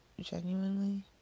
genuinely